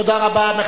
תודה רבה.